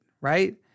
right